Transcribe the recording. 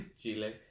Chile